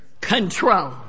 control